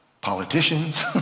politicians